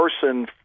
person